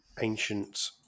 ancient